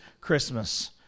Christmas